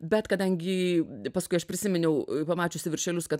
bet kadangi paskui aš prisiminiau pamačiusi viršelius kad